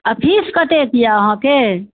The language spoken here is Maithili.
आओर फीस कतेक अइ अहाँके